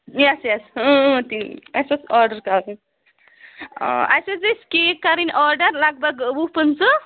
یَس یَس اَسہِ اوس آرڈَر کَرُن اَسہِ حظ ٲسۍ کیک کَرٕنۍ آرڈَر لگ بگ وُہ پٕنٛژٕہ